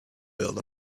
build